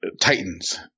Titans